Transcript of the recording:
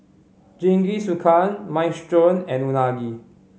Jingisukan Minestrone and Unagi